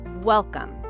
Welcome